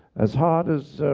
as hard as